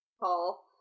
paul